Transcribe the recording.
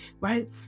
right